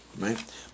right